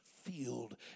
field